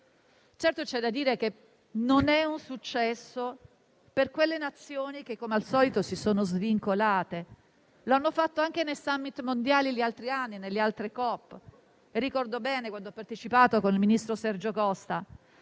Certo, c'è da dire che non è un successo per quelle Nazioni che, come al solito, si sono svincolate; l'hanno fatto anche nei *summit* mondiali gli altri anni, nelle altre COP - lo ricordo bene, quando ho partecipato con il ministro Sergio Costa